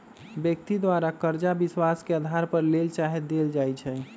व्यक्ति द्वारा करजा विश्वास के अधार पर लेल चाहे देल जाइ छइ